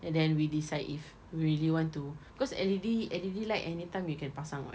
and then we decide if really want to because L_E_D L_E_D light anytime you can pasang [what]